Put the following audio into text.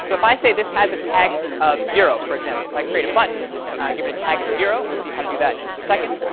so if i say this has a tag of zero, for example, if i create a button and give it a tag of zero, and we'll see how to do that in just a second,